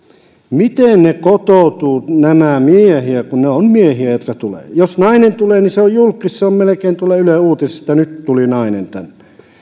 miten kotoutuvat nämä miehet ne ovat miehiä jotka tulevat jos nainen tulee niin hän on julkkis se on melkein tuolla ylen uutisissa että nyt tuli nainen tänne